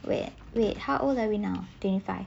wait wait how old are we now twenty five